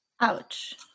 ouch